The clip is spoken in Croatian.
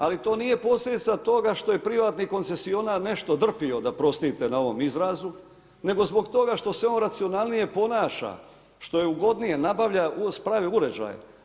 Ali, to nije posljedica toga što je privatni koncesionar nešto drpio da oprostite na ovom izrazu, nego zbog toga što se on racionalnije ponaša, što je ugodnije, nabavlja, spravlja uređaje.